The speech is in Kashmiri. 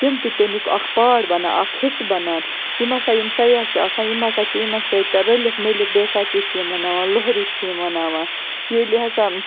تِم تہِ تَمیُک اَکھ پارٹ بنان اَکھ حصہٕ بنان یِم ہسا یِم سیاح چھِ آسان یِم ہسا چھِ یِمَن سۭتۍ رٔلِتھ مِلِتھ بیساکی چھِ یِم مناوان لوہری چھِ یِم مناوان ییٚلہِ ہسا